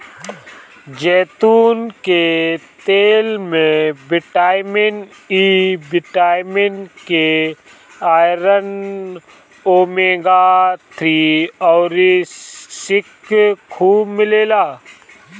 जैतून के तेल में vitamin E, vitamin K, iron, omega three अउरी सिक्स खूब मिलेला